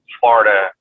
Florida